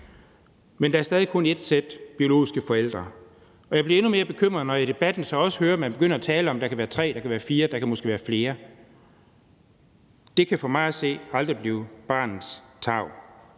Men der er stadig kun ét sæt biologiske forældre. Og jeg bliver endnu mere bekymret, når jeg i debatten så også hører, at man begynder at tale om, at der kan være tre, der kan være fire, der kan måske være flere. Det kan for mig at se aldrig være i barnets tarv.